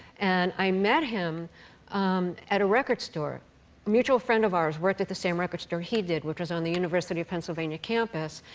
and i met him um at a record store. a mutual friend of ours worked at the same record store he did, which was on the university of pennsylvania campus.